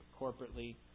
corporately